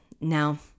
Now